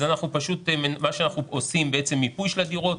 אנחנו עושים מיפוי של הדירות.